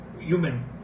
human